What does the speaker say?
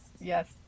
Yes